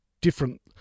different